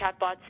chatbots